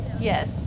Yes